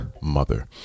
mother